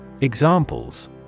Examples